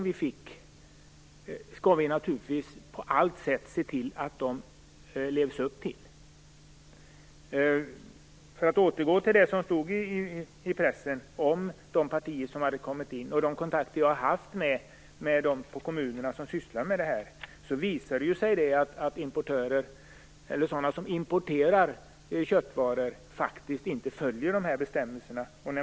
Vi skall naturligtvis på alla sätt se till att man lever upp till de garantier Sverige fick. För att återgå till det som stod i pressen om de köttpartier som kommit in, och till de kontakter jag har haft med folk i kommunerna som sysslar med detta, har det visat sig att de som importerar köttvaror faktiskt inte följer bestämmelserna.